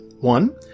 One